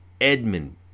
Edmund